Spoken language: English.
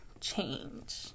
change